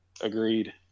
Agreed